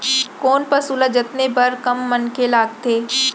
कोन पसु ल जतने बर कम मनखे लागथे?